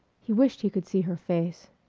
he wished he could see her face.